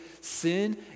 sin